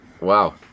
wow